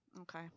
Okay